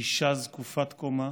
זקופת קומה,